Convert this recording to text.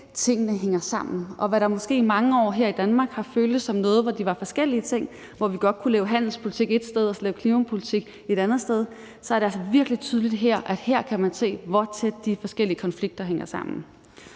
tingene hænger sammen, og hvad der måske i mange år her i Danmark har føltes som noget, hvor det var forskellige ting, og hvor vi godt kunne lave handelspolitik et sted og lave klimapolitik et andet sted, så er det altså virkelig tydeligt her at se, hvor tæt de forskellige konflikter hænger sammen.